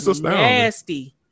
nasty